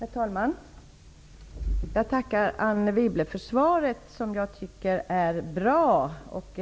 Herr talman! Jag tackar Anne Wibble för svaret. Jag tycker det är bra.